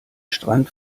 strand